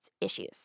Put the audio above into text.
issues